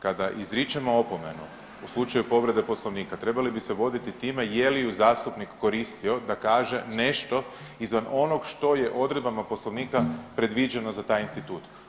Kada izričemo opomenu u slučaju povrede poslovnika trebali bi se voditi time je li ju zastupnik koristio da kaže nešto izvan onog što je odredbama poslovnika predviđeno za taj institut.